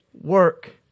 work